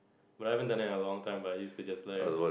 but I haven't done it in a long time but I used to just like